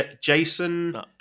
Jason